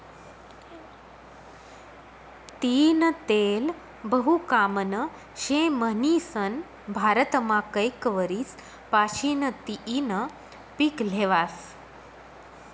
तीयीनं तेल बहु कामनं शे म्हनीसन भारतमा कैक वरीस पाशीन तियीनं पिक ल्हेवास